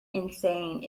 insane